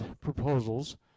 proposals